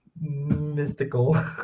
mystical